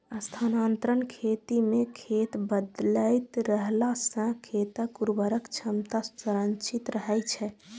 स्थानांतरण खेती मे खेत बदलैत रहला सं खेतक उर्वरक क्षमता संरक्षित रहै छै